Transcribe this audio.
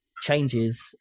Changes